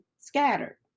scattered